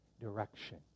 direction